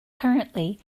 currently